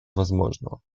возможного